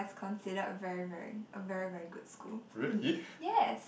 is considered a very very a very very good school yes